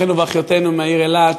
אחינו ואחיותינו מהעיר אילת,